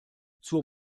zur